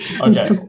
Okay